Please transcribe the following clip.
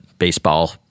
baseball